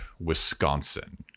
wisconsin